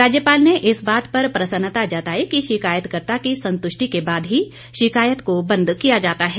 राज्यपाल ने इस बात पर प्रसन्नता जताई कि शिकायतकर्ता की संतुष्टि के बाद ही शिकायत को बंद किया जाता है